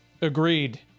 Agreed